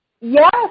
Yes